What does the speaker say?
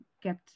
get